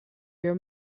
your